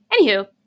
Anywho